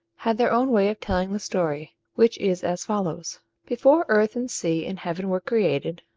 had their own way of telling the story, which is as follows before earth and sea and heaven were created,